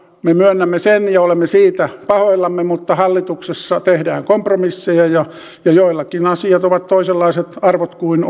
me myönnämme sen ja olemme siitä pahoillamme mutta hallituksessa tehdään kompromisseja ja joillakin arvot ovat toisenlaiset kuin